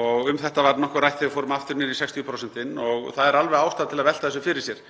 Um þetta var nokkuð rætt þegar við fórum aftur niður í 60% og það er alveg ástæða til að velta þessu fyrir sér.